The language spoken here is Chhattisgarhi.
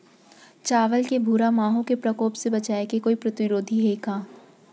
चांवल के भूरा माहो के प्रकोप से बचाये के कोई प्रतिरोधी हे का?